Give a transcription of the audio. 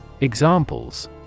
Examples